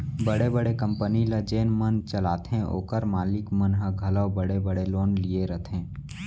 बड़े बड़े कंपनी ल जेन मन चलाथें ओकर मालिक मन ह घलौ बड़े बड़े लोन लिये रथें